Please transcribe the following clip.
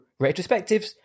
retrospectives